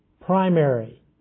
primary